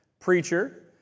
preacher